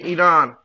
Iran